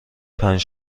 پنج